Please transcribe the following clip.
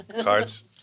Cards